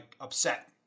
upset